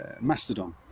Mastodon